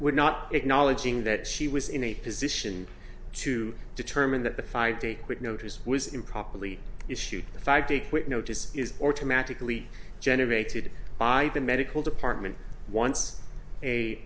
would not acknowledging that she was in a position to determine that the five day quick notice was improperly issued a five day quit notice is or to magically generated by the medical department once a